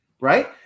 right